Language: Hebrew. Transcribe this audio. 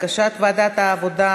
בקשת ועדת העבודה,